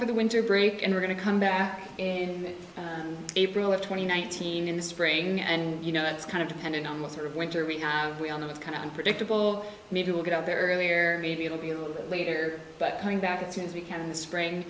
for the winter break and we're going to come back in april at twenty one thousand in the spring and you know that's kind of dependent on what sort of winter we we all know it's kind of unpredictable maybe we'll get out there earlier maybe it'll be a little bit later but coming back it seems we can in the spring